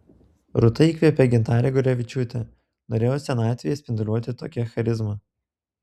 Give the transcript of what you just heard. rūta įkvėpė gintarę gurevičiūtę norėčiau senatvėje spinduliuoti tokia charizma